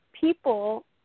people